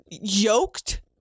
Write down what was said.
yoked